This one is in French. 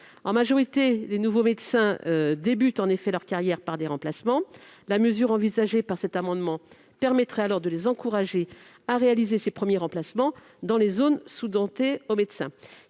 La majorité des nouveaux médecins commencent en effet leur carrière par des remplacements : la mesure envisagée dans cet amendement permettrait alors de les encourager à réaliser ces premiers remplacements dans les zones sous-dotées en médecins.